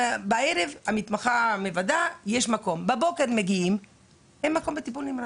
בערב המתמחה מוודאת שיש מקום בבוקר מגיעים ואין מקום בטיפול נמרץ.